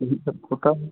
यही सब होता है